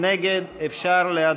18 נגד, 3 נמנעים, אין סעיפים 1 2